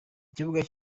ikibuga